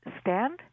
Stand